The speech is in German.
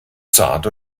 zart